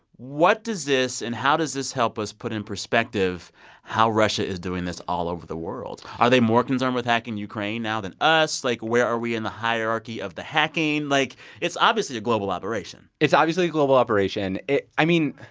what does this and how does this help us put in perspective how russia is doing this all over the world? are they more concerned with hacking ukraine now than us? like, where are we in the hierarchy of the hacking? like, it's obviously a global operation it's obviously a global operation. i mean,